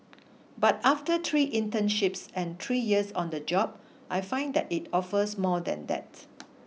but after three internships and three years on the job I find that it offers more than that